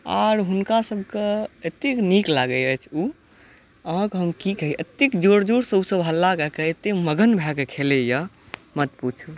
आर हुनका सबके एतेक नीक लागैया ओ आहाँकेॅं हम की कही एतेक जोर जोर सँ ओ सब हल्ला कए कऽ एते मगन भए कऽ खेलै यऽ मत पुछू